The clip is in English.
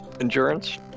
Endurance